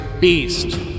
beast